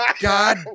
God